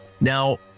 Now